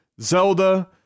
Zelda